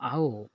ଆଉ